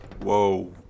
Whoa